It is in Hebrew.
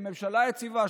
לממשלה יציבה,